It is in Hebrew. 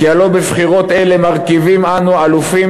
כי הלוא בבחירות אלה מרכיבים אנו אלופים